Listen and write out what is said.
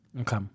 Okay